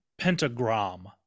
Pentagram